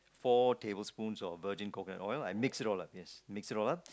four tablespoons of virgin coconut oil and I mix it all up yes mix it all up